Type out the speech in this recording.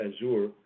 Azure